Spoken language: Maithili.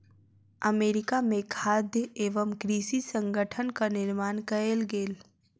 अमेरिका में खाद्य एवं कृषि संगठनक निर्माण कएल गेल